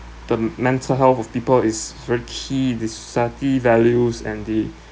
the mental health of people is the key and the society values and the